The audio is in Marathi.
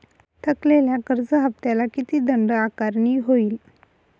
थकलेल्या कर्ज हफ्त्याला किती दंड आकारणी होईल?